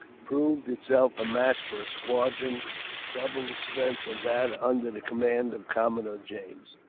proved itself a match for a squadron double the strength of that under the command of commodore james.